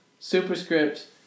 superscript